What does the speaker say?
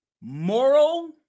moral